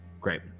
Great